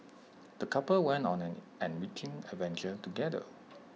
the couple went on an enriching adventure together